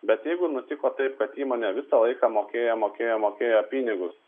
bet jeigu nutiko taip kad įmonė visą laiką mokėjo mokėjo mokėjo pinigus